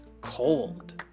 cold